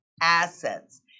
assets